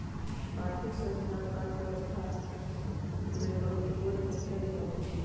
आर्थिक संस्थान अर्थव्यवस्था में महत्वपूर्ण भूमिका निमाहबइ छइ